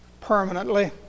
permanently